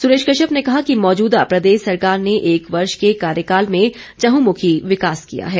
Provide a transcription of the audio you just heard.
सुरेश कश्यप ने कहा कि मौजूदा प्रदेश सरकार ने एक वर्ष के कार्यकाल में चहुमुखी विकास किया है